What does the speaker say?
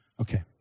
okay